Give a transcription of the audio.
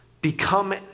Become